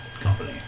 company